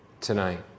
tonight